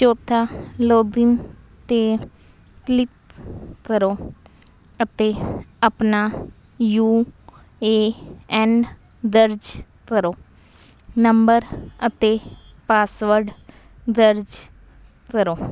ਚੌਥਾ ਲੋਗਿਨ 'ਤੇ ਕਲਿੱਕ ਕਰੋ ਅਤੇ ਆਪਣਾ ਯੂ ਏ ਐਨ ਦਰਜ ਕਰੋ ਨੰਬਰ ਅਤੇ ਪਾਸਵਰਡ ਦਰਜ ਕਰੋ